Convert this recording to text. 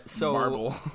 marble